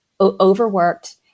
overworked